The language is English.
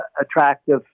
attractive